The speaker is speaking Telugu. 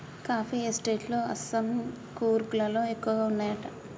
కాఫీ ఎస్టేట్ లు అస్సాం, కూర్గ్ లలో ఎక్కువ వున్నాయట